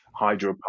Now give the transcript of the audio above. hydropower